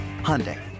Hyundai